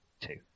Two